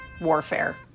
warfare